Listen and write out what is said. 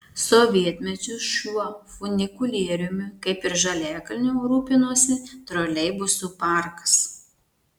sovietmečiu šiuo funikulieriumi kaip ir žaliakalnio rūpinosi troleibusų parkas